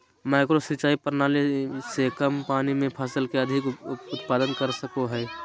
micro सिंचाई प्रणाली से कम पानी में फसल के अधिक उत्पादन कर सकय हइ